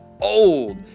old